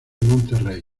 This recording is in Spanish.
monterrey